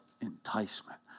enticement